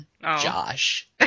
Josh